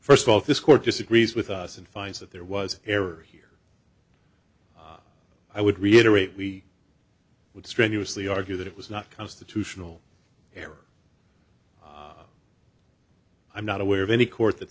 first of all this court disagrees with us and finds that there was error here i would reiterate we would strenuously argue that it was not constitutional error i'm not aware of any court th